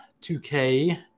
2k